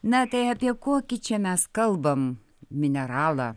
na tai apie kokį čia mes kalbam mineralą